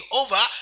over